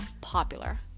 popular